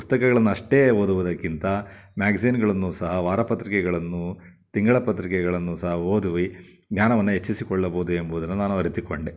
ಪುಸ್ತಕಗಳನ್ನು ಅಷ್ಟೇ ಓದುವುದಕ್ಕಿಂತ ಮ್ಯಾಗ್ಜಿನ್ಗಳನ್ನೂ ಸಹ ವಾರಪತ್ರಿಕೆಗಳನ್ನೂ ತಿಂಗಳ ಪತ್ರಿಕೆಗಳನ್ನೂ ಸಹ ಓದಿ ಜ್ಞಾನವನ್ನು ಹೆಚ್ಚಿಸಿಕೊಳ್ಳಬೌದು ಎಂಬುವುದನ್ನು ನಾನು ಅರಿತುಕೊಂಡೆ